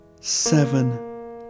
seven